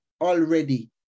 already